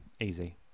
easy